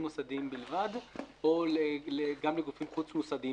מוסדיים בלבד או גם לגופים חוץ מוסדיים,